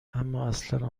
امااصلا